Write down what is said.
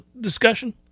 discussion